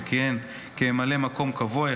שכיהן כממלא מקום קבוע,